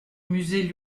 musée